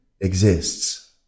exists